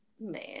man